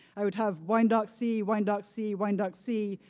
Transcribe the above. i would have wine-dark sea, wine-dark sea, wine-dark sea.